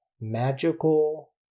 magical